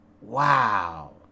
wow